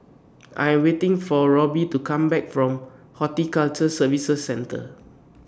I Am waiting For Robbie to Come Back from Horticulture Services Centre